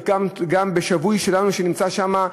גם בשבוי שלנו שנמצא שם,